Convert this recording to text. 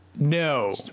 No